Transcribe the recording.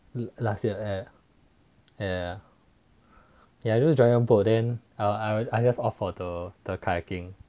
last year err err ya just dragon boat then I'll I'll I'll just opt for the the kayaking